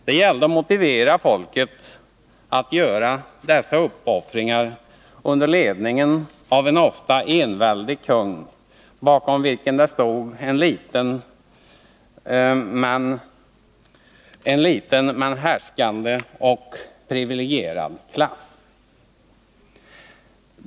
Det gällde att motivera folket att göra dessa uppoffringar under ledning av en ofta enväldig kung bakom vilken stod en liten men härskande och privilegierad klass.